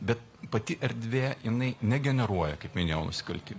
bet pati erdvė jinai negeneruoja kaip minėjau nusikaltimų